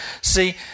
See